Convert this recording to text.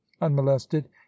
unmolested